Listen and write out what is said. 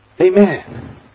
Amen